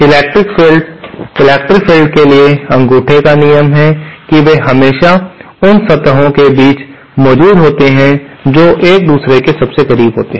electric field electric fields के लिए अंगूठे का नियम है की वे हमेशा उन सतहों के बीच मौजूद होते हैं जो एक दूसरे के सबसे करीब होते हैं